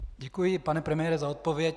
Děkuji, pane premiére, za odpověď.